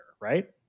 right